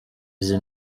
izi